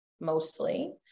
mostly